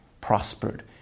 prospered